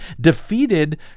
defeated